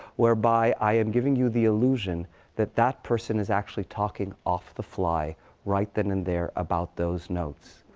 whereby i am giving you the illusion that that person is actually talking off the fly right then and there about those notes.